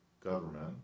government